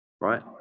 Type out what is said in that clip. right